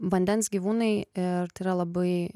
vandens gyvūnai ir tai yra labai